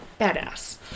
Badass